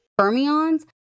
fermions